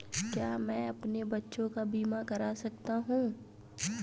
क्या मैं अपने बच्चों का बीमा करा सकता हूँ?